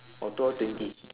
or two hour twenty